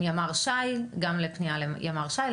כולל פנייה לימ"ר ש"י,